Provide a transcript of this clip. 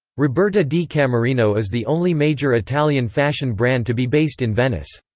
roberta di camerino is the only major italian fashion brand to be based in venice.